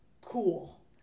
cool